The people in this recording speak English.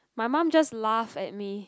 my mum just laugh at me